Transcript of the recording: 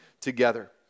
together